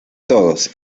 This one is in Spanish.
todos